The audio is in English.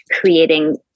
creating